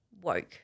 woke